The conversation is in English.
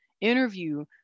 interview